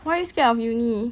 why are you scared of university